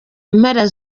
mpera